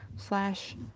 Slash